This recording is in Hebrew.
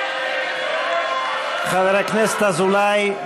חבר הכנסת אזולאי,